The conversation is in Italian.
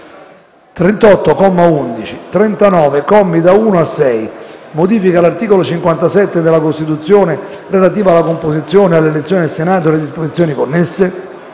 commi da 1 a 6, modifica l'articolo 57 della Costituzione, relativo alla composizione e all'elezione del Senato, e le disposizioni connesse?».